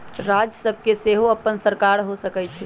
राज्य सभ के सेहो अप्पन सरकार हो सकइ छइ